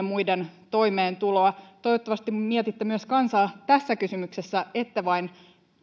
muiden toimeentuloa toivottavasti mietitte myös kansaa tässä kysymyksessä ette vain